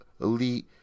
elite